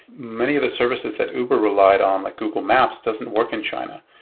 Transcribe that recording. many of the services that uber relied on, like google maps, doesn't work in china.